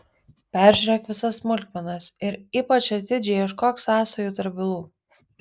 peržiūrėk visas smulkmenas ir ypač atidžiai ieškok sąsajų tarp bylų